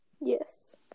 Yes